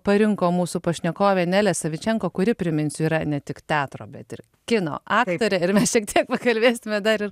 parinko mūsų pašnekovė nelė savičenko kuri priminsiu yra ne tik teatro bet ir kino aktorė ir mes šiek tiek pakalbėsime dar ir